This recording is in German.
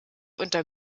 unter